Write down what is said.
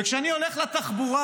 וכשאני הולך לתחבורה,